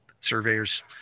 surveyors